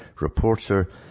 reporter